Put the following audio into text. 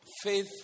Faith